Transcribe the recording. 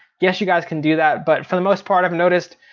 yes, you guys can do that, but for the most part i've noticed,